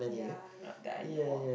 yeah not that I know of